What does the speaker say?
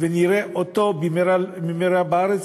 ושנראה אותו במהרה בארץ.